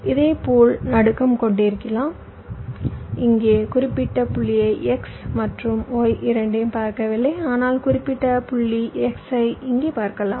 இதேபோல் நடுக்கம் கொண்டிருக்கலாம் இங்கே குறிப்பிட்ட புள்ளியை x மற்றும் y இரண்டையும் பார்க்கவில்லை ஆனால் குறிப்பிட்ட புள்ளி x ஐ இங்கே பார்க்கலாம்